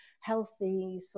healthy